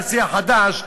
הנשיא החדש,